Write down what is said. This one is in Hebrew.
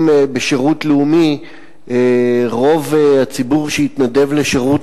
אם בשירות לאומי רוב הציבור שהתנדב לשירות